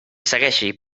segueixi